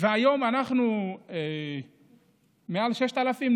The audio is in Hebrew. והיום אנחנו עם מעל 6,000,